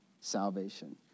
salvation